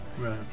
right